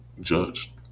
Judged